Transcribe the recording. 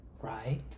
right